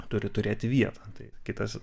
turi turėti vietą tai kitas